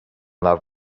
love